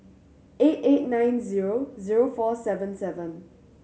eight eight nine zero zero four seven seven